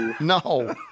no